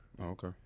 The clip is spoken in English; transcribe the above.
Okay